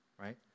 right